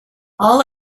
all